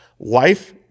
life